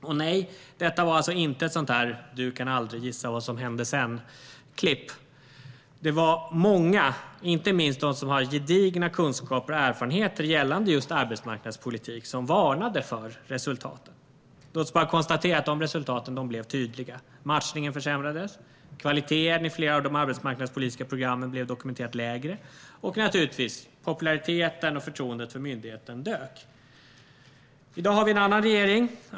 Och nej, detta var alltså inte ett sådant där du-kan-aldrig-gissa-vad-som-hände-sedan-klipp. Det var många, inte minst de som har gedigna kunskaper och erfarenheter gällande arbetsmarknadspolitik, som varnade för resultaten. Låt oss bara konstatera att resultaten blev tydliga. Matchningen försämrades. Kvaliteten i flera av de arbetsmarknadspolitiska programmen blev dokumenterat lägre. Och naturligtvis dök populariteten och förtroendet för myndigheten. I dag har vi en annan regering.